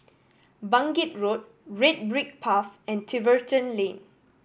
Bangkit Road Red Brick Path and Tiverton Lane